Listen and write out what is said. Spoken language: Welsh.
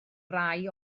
rai